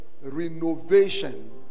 renovation